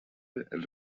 els